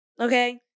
Okay